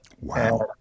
wow